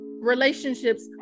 relationships